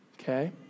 okay